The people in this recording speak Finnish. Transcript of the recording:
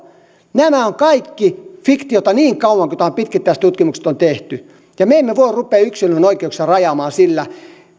nämä ovat kaikki fiktiota niin kauan kunnes pitkittäistutkimukset on tehty me emme voi ruveta yksilön oikeuksia rajaamaan sillä